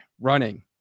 running